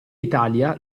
italia